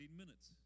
minutes